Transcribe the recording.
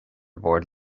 bord